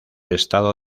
estado